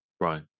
Right